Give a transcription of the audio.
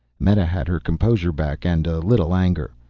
meta had her composure back. and a little anger.